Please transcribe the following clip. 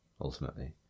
ultimately